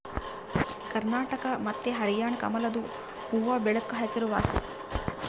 ಕರ್ನಾಟಕ ಮತ್ತೆ ಹರ್ಯಾಣ ಕಮಲದು ಹೂವ್ವಬೆಳೆಕ ಹೆಸರುವಾಸಿ